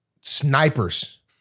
snipers